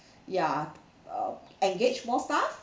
ya uh engage more staff